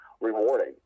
rewarding